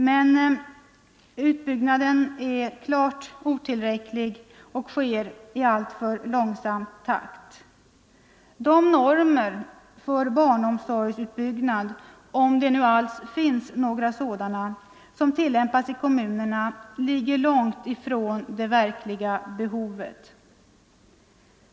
Men utbyggnaden är klart otillräcklig och sker i alltför långsam takt. De normer för barnomsorgsutbyggnad — om det nu alls finns några sådana — som tillämpas i kommunerna ligger långt från det verkliga behovet.